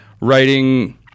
writing